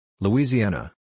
Louisiana